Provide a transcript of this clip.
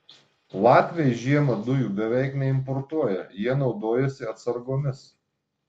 latviai žiemą dujų beveik neimportuoja jie naudojasi atsargomis